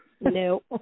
No